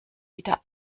wieder